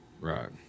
Right